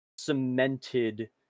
cemented